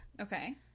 Okay